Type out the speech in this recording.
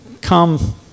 come